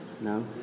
No